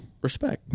Respect